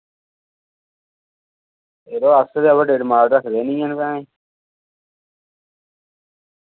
यरो अस ते ओवर डेट माल रक्खदे नि हैन